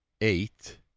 eight